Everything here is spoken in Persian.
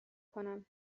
کنم